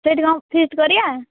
ସେଇଠି କ'ଣ ଫିଷ୍ଟ୍ କରିବା